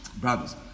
brothers